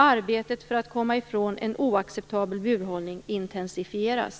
Arbetet för att komma ifrån en oacceptabel burhållning intensifieras.